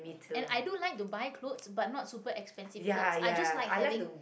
and i do like to buy clothes but not super expensive clothes i just like having